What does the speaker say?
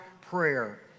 prayer